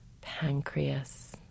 Pancreas